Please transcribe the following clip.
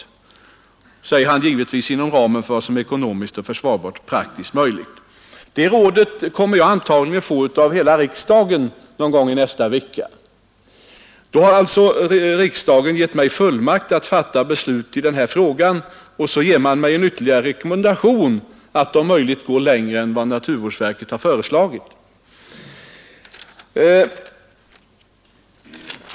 Men givetvis, tillägger han, inom ramen för vad som är ekonomiskt försvarbart och praktiskt möjligt. Ja, det rådet kommer jag antagligen att få av hela riksdagen någon gång i nästa vecka. Därmed har riksdagen givit regeringen fullmakt att fatta beslut i denna fråga och ger den väl också en ytterligare rekommendation att om möjligt gå längre än vad naturvårdsverket har föreslagit.